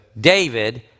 David